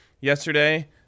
yesterday